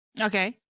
Okay